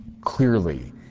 clearly